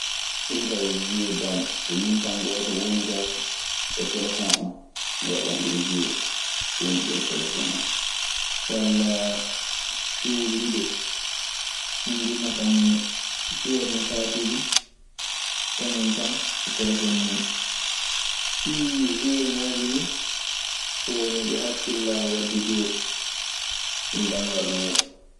Ɗun kaa yo suee daam. So min tan gooto woni kaa e telefoŋ an mi waɗan ɗun suyee. Wondude e telefoŋ an walla suyee lido ɗum duu neɗɗo ana juwaɗum saatuuje so kañum tan e telefon muuɗum. Ɗii sueeŋaaji ni woni ɗi hakkillan waddi jooni banngal muuɗun.